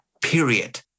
period